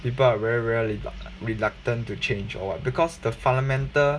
people are very very rel~ reluctant to change or what because the fundamental